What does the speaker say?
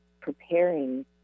preparing